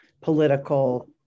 political